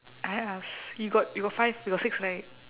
I ask you got you got five you got six right